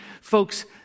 Folks